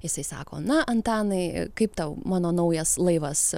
jisai sako na antanai kaip tau mano naujas laivas